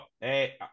Hey